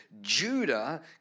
Judah